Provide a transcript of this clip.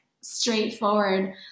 straightforward